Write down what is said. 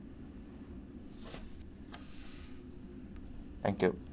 thank you